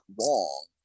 wrong